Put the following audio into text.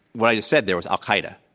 what i just said there was al-qaeda.